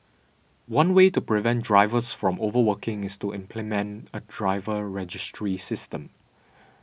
one way to prevent drivers from overworking is to implement a driver registry system